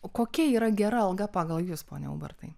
o kokia yra gera alga pagal jus pone ubartai